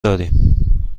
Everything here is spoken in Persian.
داریم